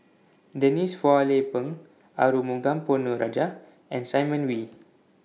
Denise Phua Lay Peng Arumugam Ponnu Rajah and Simon Wee